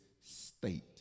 state